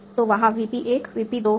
तो वहाँ VP 1 VP 2 है